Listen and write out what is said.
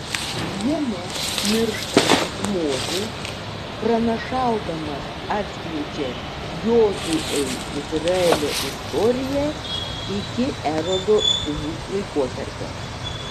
jame mirštantis mozė pranašaudamas atskleidžia jozuei izraelio istoriją iki erodo sūnų laikotarpio